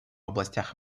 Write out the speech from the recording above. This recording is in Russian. областях